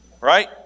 Right